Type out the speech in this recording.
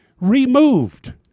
removed